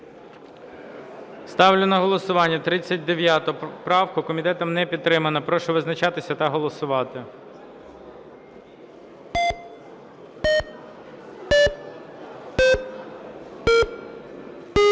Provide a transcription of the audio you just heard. Ставлю на голосування 39 правку. Комітетом не підтримана. Прошу визначатися та голосувати.